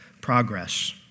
progress